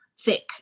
thick